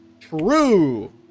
True